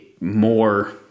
more